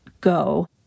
go